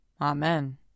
Amen